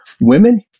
women